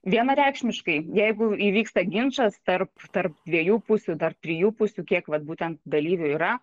vienareikšmiškai jeigu įvyksta ginčas tarp tarp dviejų pusių tarp trijų pusių kiek vat būtent dalyvių yra